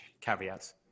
caveats